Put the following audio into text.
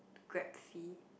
Grab fee